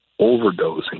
overdosing